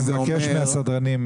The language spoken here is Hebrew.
אני מבקש מהסדרנים,